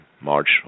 March